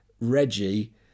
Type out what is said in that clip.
Reggie